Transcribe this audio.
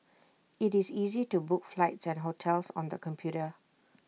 IT is easy to book flights and hotels on the computer